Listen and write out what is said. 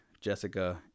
Jessica